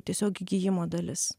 tiesiog gijimo dalis